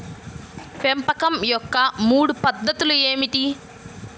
పెంపకం యొక్క మూడు పద్ధతులు ఏమిటీ?